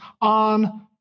on